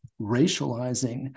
racializing